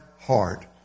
heart